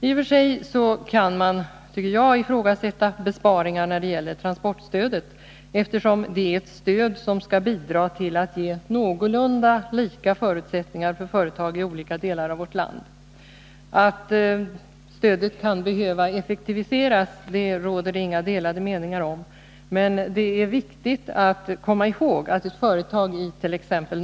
I och för sig kan man, tycker jag, ifrågasätta besparingar när det gäller transportstödet, eftersom det är ett stöd som skall bidra till att ge någorlunda lika förutsättningar för företag i olika delar av vårt land. Att stödet kan behöva effektiviseras råder det inga delade meningar om, men det är viktigt att komma ihåg att ett företagit.ex.